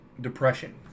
depression